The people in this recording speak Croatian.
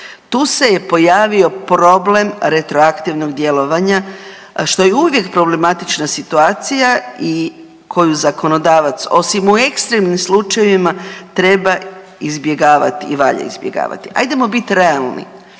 Tu se je pojavio problem retroaktivnog djelovanja, što je uvijek problematična situacija i koju zakonodavac, osim u ekstremnim slučajevima, treba izbjegavati i valja izbjegavati. Ajdemo biti realni.